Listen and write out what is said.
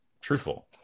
truthful